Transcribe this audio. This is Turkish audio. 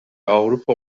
avrupa